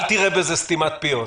אל תראה בזה סתימת פיות.